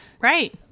Right